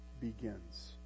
begins